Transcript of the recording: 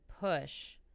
push